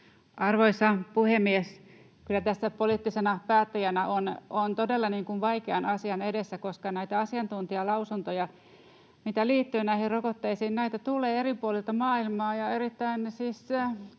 Arvoisa puhemies! Kyllä tässä poliittisena päättäjänä on todella vaikean asian edessä, koska näitä asiantuntijalausuntoja, mitä liittyy näihin rokotteisiin, tulee eri puolilta maailmaa,